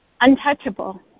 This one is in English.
untouchable